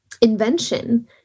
invention